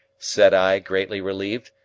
said i, greatly relieved,